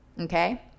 okay